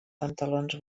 pantalons